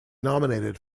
nominated